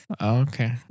Okay